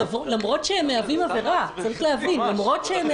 לגבי זה אין